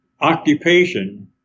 occupation